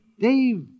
Dave